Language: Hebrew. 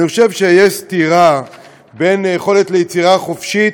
אני חושב שיש סתירה בין יכולת יצירה חופשית,